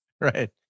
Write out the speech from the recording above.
Right